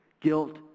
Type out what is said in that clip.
guilt